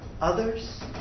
others